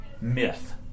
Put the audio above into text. Myth